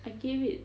I give it